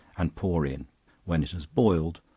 and pour in when it has boiled,